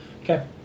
Okay